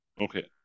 Okay